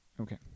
Okay